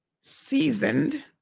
seasoned